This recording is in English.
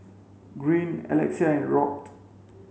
Greene Alexia and Robt